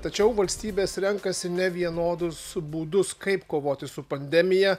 tačiau valstybės renkasi nevienodus būdus kaip kovoti su pandemija